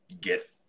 get